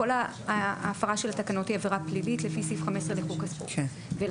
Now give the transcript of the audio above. כול ההפרה של התקנות היא עבירה פלילית לפי סעיף 15 לחוק הספורט ולכן,